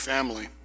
Family